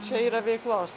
čia yra veiklos